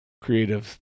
creative